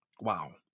Wow